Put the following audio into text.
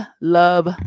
love